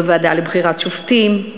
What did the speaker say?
בוועדה לבחירת שופטים,